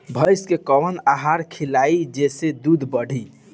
भइस के कवन आहार खिलाई जेसे दूध बढ़ी?